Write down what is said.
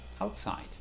outside